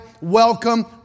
welcome